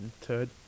Turd